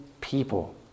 people